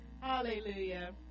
Hallelujah